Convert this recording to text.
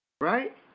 Right